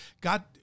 God